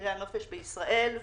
במחירי הנופש בישראל.